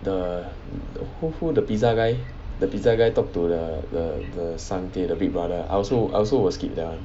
the the who who the pizza guy the pizza guy talk to the the the sang tae the big brother I also I also will skip that [one]